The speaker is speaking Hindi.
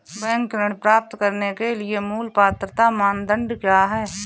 बैंक ऋण प्राप्त करने के लिए मूल पात्रता मानदंड क्या हैं?